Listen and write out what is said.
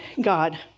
God